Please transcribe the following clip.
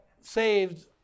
saved